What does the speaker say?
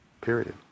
period